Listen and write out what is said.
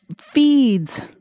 feeds